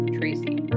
Tracy